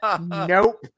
Nope